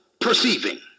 perceiving